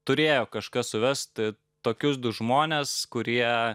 turėjo kažkas suvest tokius du žmones kurie